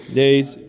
days